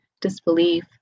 disbelief